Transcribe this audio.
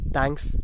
Thanks